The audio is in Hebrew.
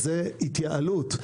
זה התייעלות.